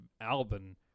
Albin